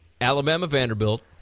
Alabama-Vanderbilt